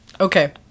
okay